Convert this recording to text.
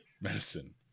Medicine